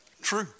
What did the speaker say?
True